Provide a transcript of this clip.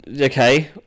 Okay